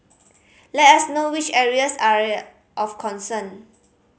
let us know which areas are of concern